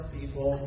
people